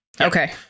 okay